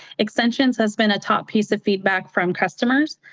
extensions has been a top piece of feedback from customers.